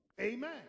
Amen